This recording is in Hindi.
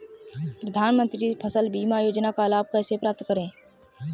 प्रधानमंत्री फसल बीमा योजना का लाभ कैसे प्राप्त करें?